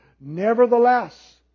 Nevertheless